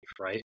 right